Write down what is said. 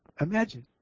Imagine